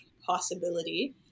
possibility